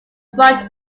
front